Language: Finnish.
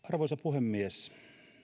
arvoisa puhemies